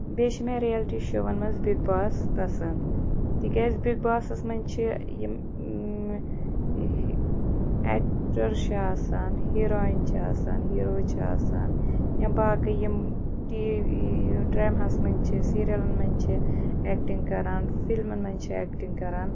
بیٚیہِ چھِ مےٚ رِیَلٹی شوٚوَن منٛز بِگ باس پَسَنٛد تِکیٛازِ بِگ باسَس منٛز چھِ یِم اٮ۪کٹَر چھِ آسان ہیٖرایِن چھِ آسان ہیٖرو چھِ آسان یا باقٕے یِم ٹی وی یہِ ڈرٛامہَس منٛز چھِ سیٖریَلَن منٛز چھِ اٮ۪کٹِنٛگ کَران فِلمَن منٛز چھِ اٮ۪کٹِنٛگ کَران